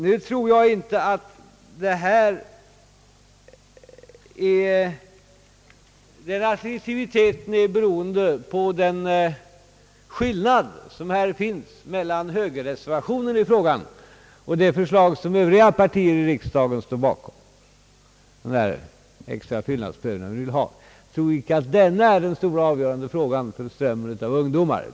Nu tror jag inte att det stora och avgörande för ungdomsströmmen är den fråga som skiljer högerreservanterna och övriga partier, alltså de extra fyllnadsprövningarna — detta är i all rimlighets namn en detalj.